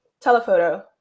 Telephoto